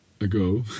ago